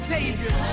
Savior